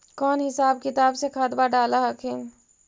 कौन हिसाब किताब से खदबा डाल हखिन?